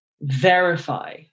verify